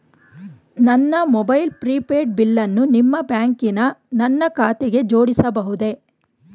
ನನ್ನ mobile prepaid ಬಿಲ್ಲನ್ನು ನಿಮ್ಮ ಬ್ಯಾಂಕಿನ ನನ್ನ ಖಾತೆಗೆ ಜೋಡಿಸಬಹುದೇ?